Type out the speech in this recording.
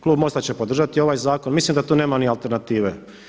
Klub MOST-a će podržati ovaj zakon, mislim da tu nema ni alternative.